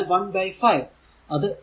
അതിനാൽ 1 ബൈ 5